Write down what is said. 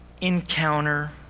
encounter